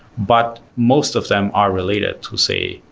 but most of them are related to say,